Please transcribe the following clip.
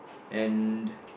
and